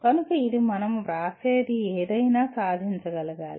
కనుక ఇది మనం వ్రాసేది ఏదైనా సాధించగలగాలి